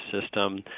system